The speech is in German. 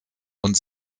und